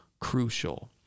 crucial